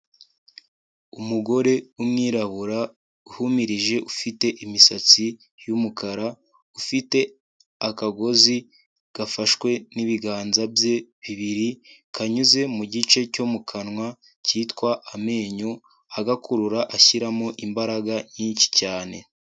Umugore w'umwirabura uhumirije ufite imisatsi y'umukara, ufite akagozi gafashwe n'ibiganza bye bibiri, kanyuze mu gice cyo mu kanwa cyitwa amenyo agakurura ashyiramo imbaraga nyinshi cyane.